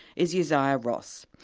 is ysaiah ross.